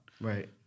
right